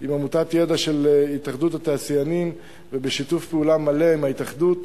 עם עמותת "ידע" של התאחדות התעשיינים ובשיתוף פעולה מלא עם ההתאחדות.